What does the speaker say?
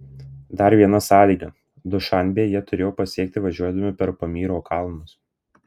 dar viena sąlyga dušanbę jie turėjo pasiekti važiuodami per pamyro kalnus